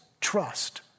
trust